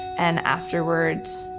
and afterwards,